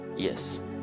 Yes